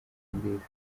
nziza